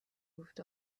moved